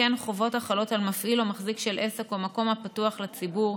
וכן חובות החלות על מפעיל או מחזיק של עסק או מקום הפתוח לציבור,